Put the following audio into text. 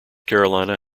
carolina